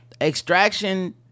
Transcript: extraction